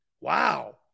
Wow